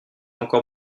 encore